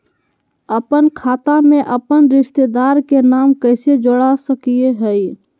अपन खाता में अपन रिश्तेदार के नाम कैसे जोड़ा सकिए हई?